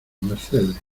mercedes